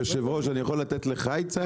היושב ראש אני יכול לתת לך עצה?